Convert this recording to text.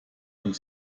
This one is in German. und